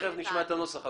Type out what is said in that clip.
תכף נשמע את הנוסח.